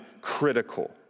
critical